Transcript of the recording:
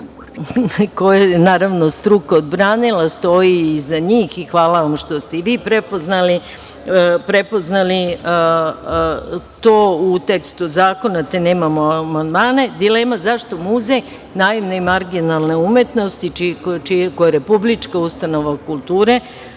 koje je naravno struka odbranila, stoji iza njih i hvala vam što ste i vi prepoznali to u tekstu zakona te nemamo amandmane, bila je dilema zašto Muzej naivne i marginalne umetnosti, koja je republička ustanova kulture,